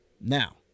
now